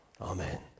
Amen